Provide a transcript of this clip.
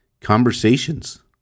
conversations